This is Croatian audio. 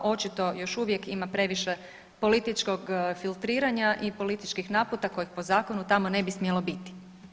Očito još uvijek ima previše političkog filtriranja i političkih naputa kojih po zakonu tamo ne bi smjelo biti.